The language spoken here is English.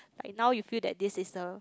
like now you feel that this is the